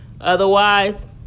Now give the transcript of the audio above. Otherwise